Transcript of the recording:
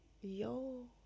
yo